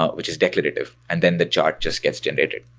ah which is declarative, and then the chart just gets generated.